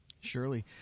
Surely